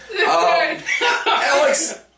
Alex